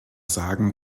sagen